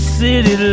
city